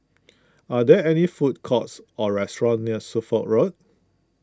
are there any food courts or restaurants near Suffolk Road